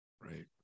right